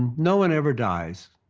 no one ever dies.